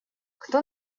кто